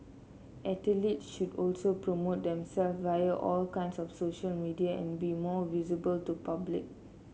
athletes should also promote themself via all kinds of social media and be more visible to public